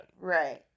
Right